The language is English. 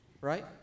right